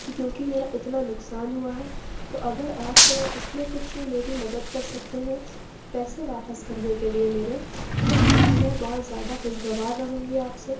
کیونکہ میرا اتنا نقصان ہُوا ہے تو اگر آپ اِس میں کچھ میری مدد کر سکتے ہیں پیسے واپس کرنے کے لیے میرے تو میں بہت زیادہ خوشگوار رہوں گی آپ سے